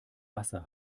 wasser